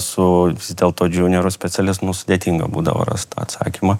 su vis dėlto junior specialistu nu sudėtinga būdavo rast tą atsakymą